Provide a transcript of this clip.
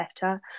better